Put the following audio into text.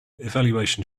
evaluation